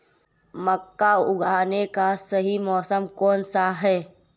मक्का उगाने का सही मौसम कौनसा है?